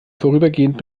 vorübergehend